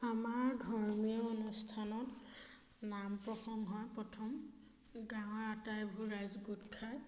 আমাৰ ধৰ্মীয় অনুষ্ঠানত নাম প্ৰসংগ হয় প্ৰথম গাঁৱৰ আটাইবোৰ ৰাইজ গোট খায়